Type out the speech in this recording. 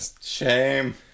Shame